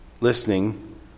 listening